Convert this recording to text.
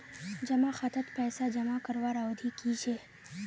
जमा खातात पैसा जमा करवार अवधि की छे?